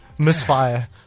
Misfire